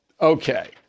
Okay